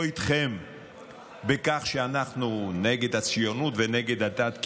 איתכם בכך שאנחנו נגד הציונות ונגד הדת,